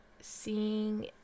seeing